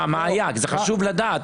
מה היה, חשוב לדעת.